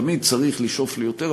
תמיד צריך לשאוף ליותר,